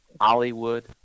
Hollywood